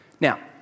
Now